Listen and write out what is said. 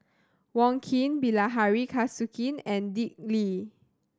Wong Keen Bilahari Kausikan and Dick Lee